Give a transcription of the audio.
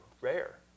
rare